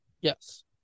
Yes